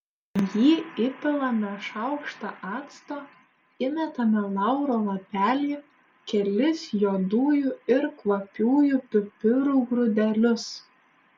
į jį įpilame šaukštą acto įmetame lauro lapelį kelis juodųjų ir kvapiųjų pipirų grūdelius